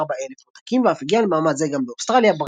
אלף עותקים ואף הגיע למעמד זה גם באוסטרליה,